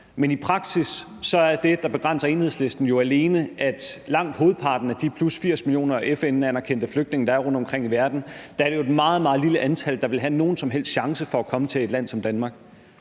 er det, der begrænser Enhedslisten, jo alene, at af langt hovedparten af de +80 millioner FN-anerkendte flygtninge, der er rundtomkring i verden, er det jo et meget, meget lille antal, der vil have nogen som helst chance for at komme til et land som Danmark.